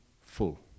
full